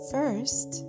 First